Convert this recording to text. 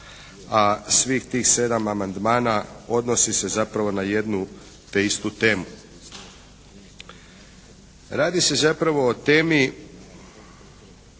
a svih tih sedam amandmana odnosi se zapravo na jednu te istu temu. Radi se zapravo o temi